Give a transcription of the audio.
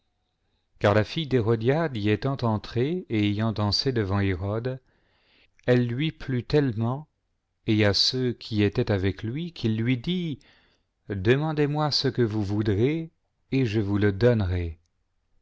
car la fille d'hérotliade y étant entre'e et ayant dansé devant hérode elle lui plut tellement et à ceux qui étaien avec lui qu il lui dit demandez-moi ce que vous voudrez et je vous le donnerai